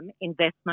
investment